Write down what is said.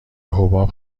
حباب